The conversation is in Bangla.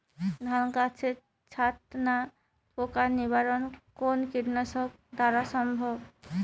ধান গাছের ছাতনা পোকার নিবারণ কোন কীটনাশক দ্বারা সম্ভব?